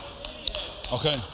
Okay